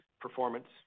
performance